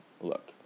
look